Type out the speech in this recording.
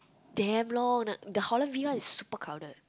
damn long the Holland-V one is super crowded